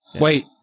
Wait